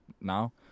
now